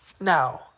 Now